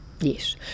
Yes